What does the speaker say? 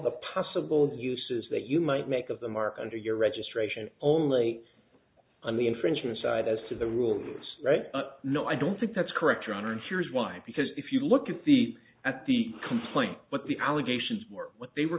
the possible uses that you might make of them are under your registration only on the infringement side as to the rules right up no i don't think that's correct your honor and here's why because if you look at the at the complaint what the allegations were what they were